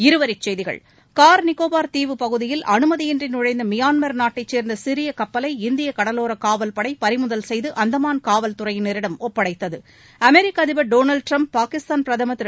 இருவரிச் செய்திகள் கார் நிகோபார் தீவு பகுதியில் அனுமதியின்றி நுழைந்த மியான்மர் நாட்டைச் சேர்ந்த சிறிய கப்பலை இந்திய கடலோர காவல்படை பறிமுதல் செய்து அந்தமான் காவல்துறையினரிடம் ஒப்படைத்தது அமெரிக்க அதிபர் டோனால்டு ட்ரம்ப் பாகிஸ்தான் பிரதமர் திரு